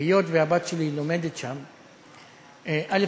היות שהבת שלי לומדת שם, א.